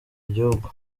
igihugu